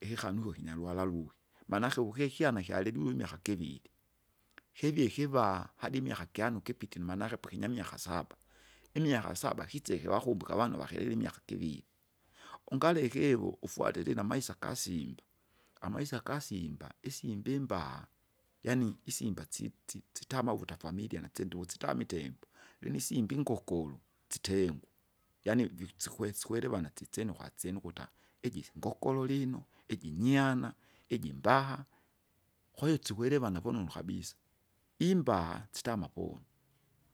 Ikikanu ikyo kinyaluhara luhi, manake ukukikyana kyalimwimya akakivike, kivie kiva, hadi imiaka kihano kihano kipiti manake pakinya miaka saba, imiaka saba kiseka vakumbuka avana vakilile kiviri. Ungale kiwu ufwatili namaisa gasimba, amaisa gasimba, isimba imbaha, yaani isimba tsi- tsi- tsitama ukuta familia nasyende ukusitame itembo, lino isimba ingukuru, tsitenyu, yaani vi- sikwe- sikwerevana tsitsine ukwatsine ukuta, iji ngokolo lino, iji nyiana, iji mbaha. Kwahiyo tsikwerewana vunonu kabisa, imbaha sitama puwi,